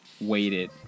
waited